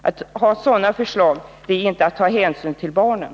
Att föreslå något sådant är inte att ta hänsyn till barnen.